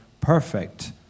perfect